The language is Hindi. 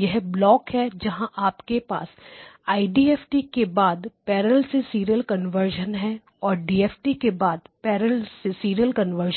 यह ब्लॉक है जहां आपके पास IDFT के बाद पैरेलल से सीरियल कन्वर्शन हैं जो डीएफटी के बाद पैरेलल से सीरियल कन्वर्शन हैं